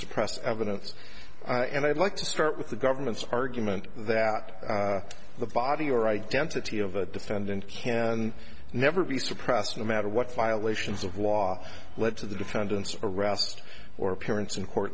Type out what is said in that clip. suppress evidence and i'd like to start with the government's argument that the body or identity of a defendant can never be suppressed no matter what violations of law lead to the defendant's arrest or appearance in court